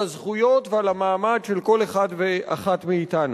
על הזכויות ועל המעמד של כל אחד ואחת מאתנו.